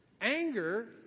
anger